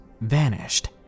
vanished